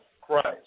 Christ